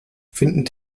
finden